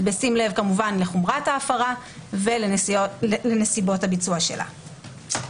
בשים לב לחומרת ההפרה ולנסיבות הביצוע שלה.